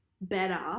better